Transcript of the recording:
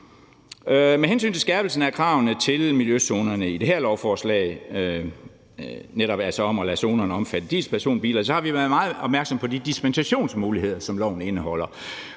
Med hensyn til skærpelse af kravene til miljøzonerne i det her lovforslag, altså netop om at lade zonerne omfatte dieselpersonbiler, har vi været meget opmærksomme på de dispensationsmuligheder, som loven indeholder.